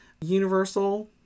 Universal